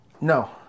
No